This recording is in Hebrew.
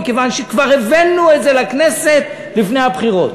מכיוון שכבר הבאנו את זה לכנסת לפני הבחירות.